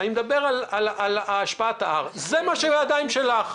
זה מה שיש בידיים שלך,